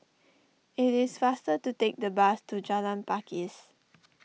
it is faster to take the bus to Jalan Pakis